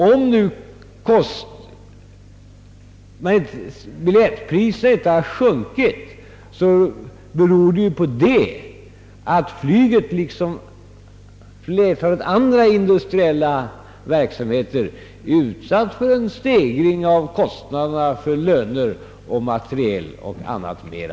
Om nu biljettpriserna inte har sjunkit beror detta på att flyget, liksom flertalet andra indu striella verksamheten, fått vidkännas en stegring av kostnaderna för löner, materiel m.m.